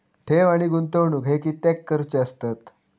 ठेव आणि गुंतवणूक हे कित्याक करुचे असतत?